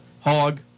hog